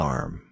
Arm